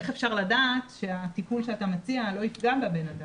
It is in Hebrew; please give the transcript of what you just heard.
איך אפשר לדעת שהטיפול שאתה מציע לא יפגע בבן אדם.